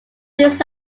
these